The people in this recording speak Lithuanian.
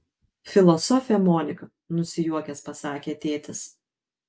filosofė monika nusijuokęs pasakė tėtis